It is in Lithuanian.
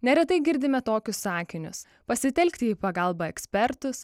neretai girdime tokius sakinius pasitelkti į pagalbą ekspertus